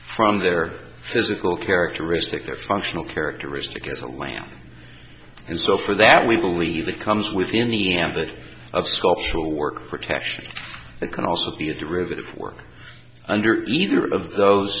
from their physical characteristic their functional characteristic is a lamp and so for that we believe it comes within the ambit of sculptural work protection it can also be a derivative work under either of those